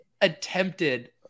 attempted